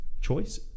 choice